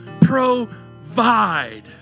provide